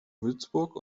würzburg